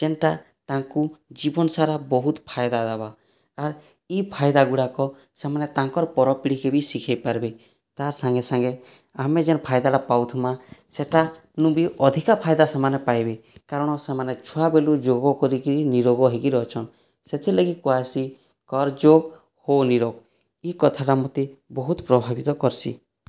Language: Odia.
ଯେନ୍ତା ତାଙ୍କୁ ଜୀବନ ସାରା ବହୁତ ଫାଇଦା ଦେବା ଆର୍ ଇ ଫାଇଦା ଗୁଡ଼ାକ ସେମାନେ ତାଙ୍କର ପର ପିଢ଼ୀକେ ବି ଶିଖାଇ ପାରବେ ତାର ସାଙ୍ଗେ ସାଙ୍ଗେ ଆମେ ଯେନ୍ ଫାଇଦା ତା ପାଉଥିମା ସେଟାନୁବି ଅଧିକା ଫାଇଦା ସେମାନେ ପାଇବେ କାରଣ ସେମାନେ ଛୁଆ ବେଲୁ ଯୋଗ କରିକି ନିରୋଗ ହୋଇକି ରହିଛନ ସେଥିଲାଗି କୁହାସି କର ଯୋଗ ହୁଅ ନିରୋଗ ଇ କଥାଟା ମୋତେ ବହୁତ ପ୍ରଭାଭିତ କରସି